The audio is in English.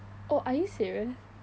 oh are you serious